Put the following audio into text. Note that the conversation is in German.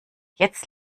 jetzt